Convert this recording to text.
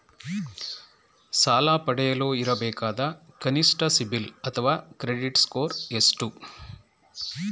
ಸಾಲ ಪಡೆಯಲು ಇರಬೇಕಾದ ಕನಿಷ್ಠ ಸಿಬಿಲ್ ಅಥವಾ ಕ್ರೆಡಿಟ್ ಸ್ಕೋರ್ ಎಷ್ಟು?